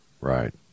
right